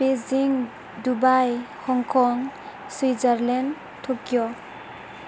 Beijing Dubai Hong Kong Switzerland Tokyo